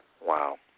Wow